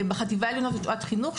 בחטיבה העליונה זו שעת חינוך,